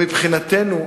מבחינתנו,